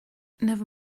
never